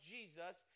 Jesus